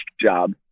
job